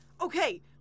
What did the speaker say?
Okay